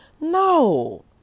No